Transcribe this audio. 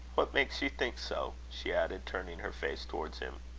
what makes you think so? she added, turning her face towards him.